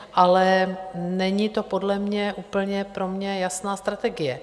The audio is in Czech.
Ale není to podle mě úplně pro mě jasná strategie.